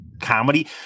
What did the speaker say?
comedy